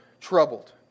troubled